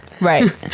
Right